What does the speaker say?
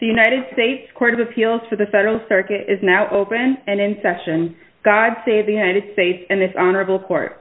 the united states court of appeals to the federal circuit is now open and in session god save the united states and this honorable court